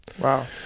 Wow